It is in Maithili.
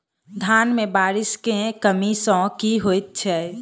धान मे बारिश केँ कमी सँ की होइ छै?